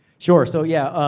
sure, so yeah,